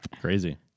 crazy